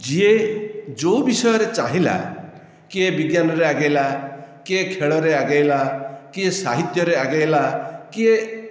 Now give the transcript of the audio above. ଯିଏ ଯେଉଁ ବିଷୟରେ ଚାହିଁଲା କିଏ ବିଜ୍ଞାନରେ ଆଗାଇଲା କିଏ ଖେଳରେ ଆଗାଇଲା କିଏ ସାହିତ୍ୟରେ ଆଗାଇଲା କିଏ